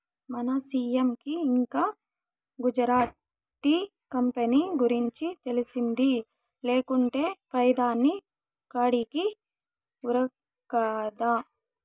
మన సీ.ఎం కి ఇంకా గుజరాత్ టీ కంపెనీ గురించి తెలిసింది లేకుంటే పెదాని కాడికి ఉరకడా